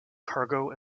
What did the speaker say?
cargo